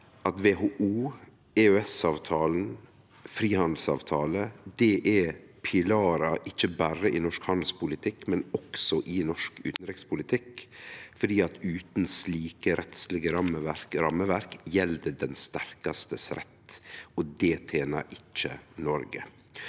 at WHO, EØS-avtalen, frihandelsavtalar er pilarar ikkje berre i norsk handelspolitikk, men også i norsk utanrikspolitikk. Utan slike rettslege rammeverk gjeld den sterkastes rett, og det tener ikkje Noreg.